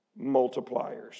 multipliers